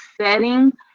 setting